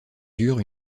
dure